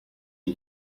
iki